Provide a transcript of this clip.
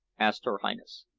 asked her highness.